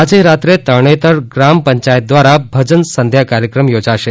આજે રાત્રે તરણેતર ગ્રામ પંચાયત દ્વારા ભજન સંધ્યા કાર્યક્રમ યોજાશે